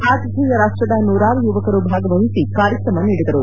ಆತಿಥೇಯ ರಾಷ್ಟ್ರದ ನೂರಾರು ಯುವಕರು ಭಾಗವಹಿಸಿ ಕಾರ್ಯಕ್ರಮ ನೀಡಿದರು